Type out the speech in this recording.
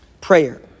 prayer